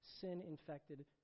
sin-infected